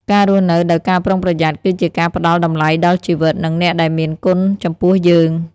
ការរស់នៅដោយការប្រុងប្រយ័ត្ន គឺជាការផ្ដល់តម្លៃដល់ជីវិត និងអ្នកដែលមានគុណចំពោះយើង។